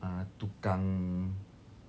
uh tukang